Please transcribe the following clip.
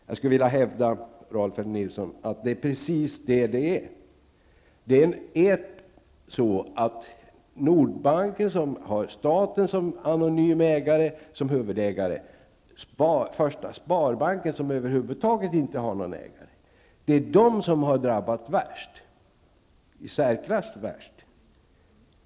Jag skulle vilja hävda att det är precis vad det gör, Rolf L Nilson. Det är Nordbanken, som har staten som anonym huvudägare, och Första Sparbanken, som över huvud taget inte har någon ägare, som har drabbats i särklass värst.